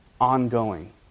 ongoing